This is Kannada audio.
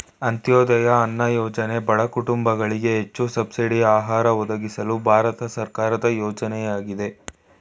ಅಂತ್ಯೋದಯ ಅನ್ನ ಯೋಜನೆ ಬಡ ಕುಟುಂಬಗಳಿಗೆ ಹೆಚ್ಚು ಸಬ್ಸಿಡಿ ಆಹಾರ ಒದಗಿಸಲು ಭಾರತ ಸರ್ಕಾರದ ಯೋಜನೆಯಾಗಯ್ತೆ